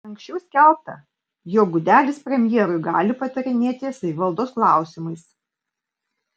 anksčiau skelbta jog gudelis premjerui gali patarinėti savivaldos klausimais